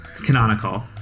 canonical